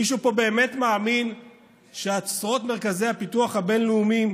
מישהו פה באמת מאמין שעשרות מרכזי הפיתוח הבין-לאומיים